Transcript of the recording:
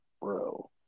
bro